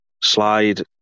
slide